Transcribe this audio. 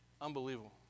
Unbelievable